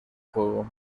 juego